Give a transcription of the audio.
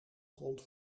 grond